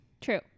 True